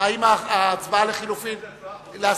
הסתייגויות לחלופין.